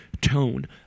tone